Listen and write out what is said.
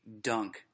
Dunk